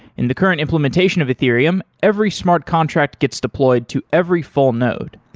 in the current implementation of ethereum, every smart contract gets deployed to every full node.